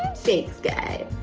thanks guys.